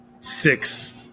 six